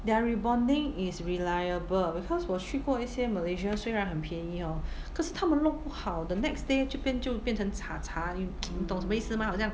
their rebonding is reliable because 我去过一些 malaysia 虽然很便宜 orh 可是他们弄不好 the next day 就变就变成查查 you 你懂什么意思吗好像